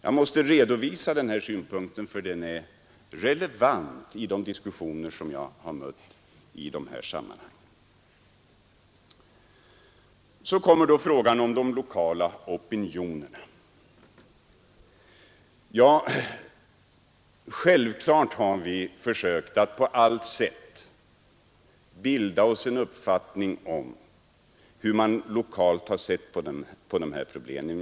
Jag måste redovisa den synpunkten eftersom den varit relevant i de diskussioner jag mött i dessa sammanhang. Jag kommer så till frågan om de lokala opinionerna. Självfallet har vi försökt att på allt sätt bilda oss en uppfattning om hur man lokalt har sett på dessa problem.